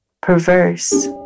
perverse